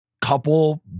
couple